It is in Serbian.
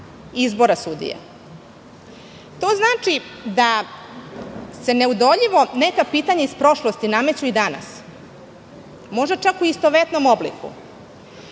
izbora sudije. To znači da se neodoljivo neka pitanja iz prošlosti nameću i danas možda čak u istovetnom obliku. Nije